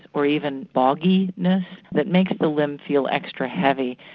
or even boggy-ness that makes the limb feel extra heavy.